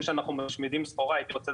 אני עובדת